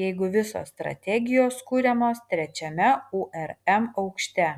jeigu visos strategijos kuriamos trečiame urm aukšte